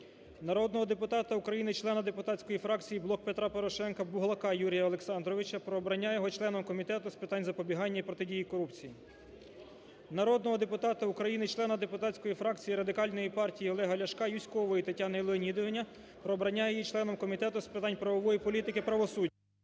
Народного депутата України, члена депутатської фракції "Блок Петра Порошенка" Буглака Юрія Олександровича про обрання його членом Комітету з питань запобігання і протидії корупції. Народного депутата України, члена депутатської фракції Радикальної партії Олега Ляшка Юзькової Тетяни Леонідівни про обрання її членом Комітету з питань правової політики і правосуддя…